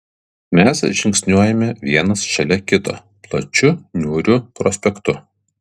mes žingsniuojame vienas šalia kito plačiu niūriu prospektu